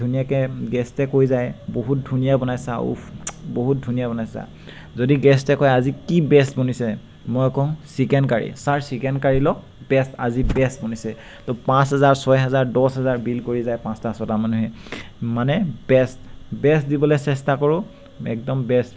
ধুনীয়াকৈ গেষ্টে কৈ যায় বহুত ধুনীয়া বনাইছা উফ্ বহুত ধুনীয়া বনাইছা যদি গেষ্টে কয় যে আজি কি বেষ্ট বনিছে মই কওঁ chicken curry sir chicken curry লওক বেষ্ট আজি বেষ্ট বনিছে তো পাঁচ ছয় হাজাৰ দছ হাজাৰ বিল কৰি যায় পাঁচটা ছটা মানুহে মানে বেষ্ট বেষ্ট দিবলৈ চেষ্টা কৰোঁ একদম বেষ্ট